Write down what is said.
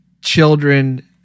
children